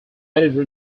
editor